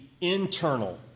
internal